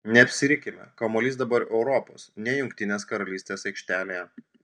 neapsirikime kamuolys dabar europos ne jungtinės karalystės aikštelėje